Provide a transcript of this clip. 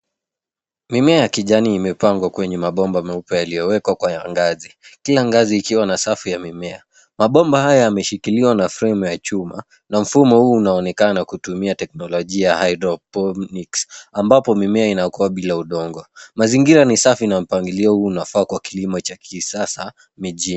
Mimea ya kijani imepangwa kwenye mabomba meupe yaliyowekwa kwa ngazi. Kila ngazi ikiwa na safu ya mimea. Mabomba hayo yameshikiliwa na fremu ya chuma, na mfumo huu unaonekana kutumia teknolojia hydroponics , ambapo mimea inakuwa bila udongo. Mazingira ni safi na mpangilio huu unafaa kwa kilimo cha kisasa, mijini.